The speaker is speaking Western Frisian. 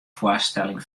foarstelling